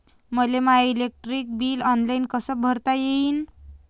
मले माय electric bill online कस भरता येईन?